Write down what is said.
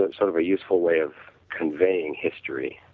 but sort of useful way of conveying history.